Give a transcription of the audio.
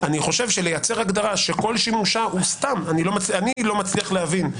אני חושב שלייצר הגדרה שכל שימושה הוא סתם אני לא מצליח להבין.